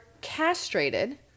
castrated